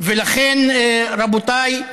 ולכן, רבותיי,